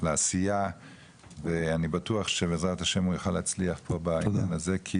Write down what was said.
לעשייה ואני בטוח שבעזרת השם הוא יוכל להצליח פה בעניין הזה,